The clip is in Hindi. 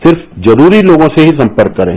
सिर्फ जरूरी लोगों से ही संपर्क करें